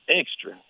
extra